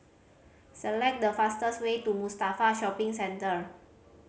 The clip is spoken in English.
select the fastest way to Mustafa Shopping Centre